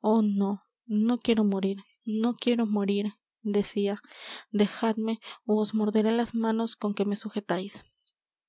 oh no no quiero morir no quiero morir decía dejadme ú os morderé las manos con que me sujetáis